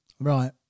Right